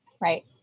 Right